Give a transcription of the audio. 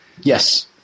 Yes